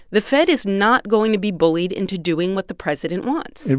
the fed is not going to be bullied into doing what the president wants yeah.